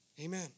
Amen